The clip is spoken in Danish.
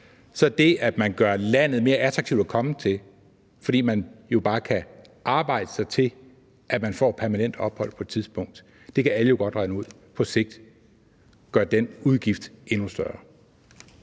ud, at når man gør landet mere attraktivt at komme til, fordi man bare kan arbejde sig til at få permanent ophold på et tidspunkt, så bliver den udgift på sigt endnu større.